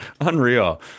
unreal